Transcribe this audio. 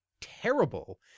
terrible